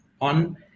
on